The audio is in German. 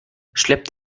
schleppt